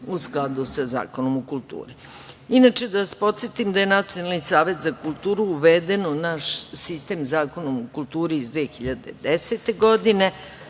u skladu sa Zakonom o kulturi. Inače, da vas podsetim da je Nacionalni savet za kulturu uveden u naš sistem Zakonom o kulturi iz 2010. godine.